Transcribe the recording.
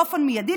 באופן מיידי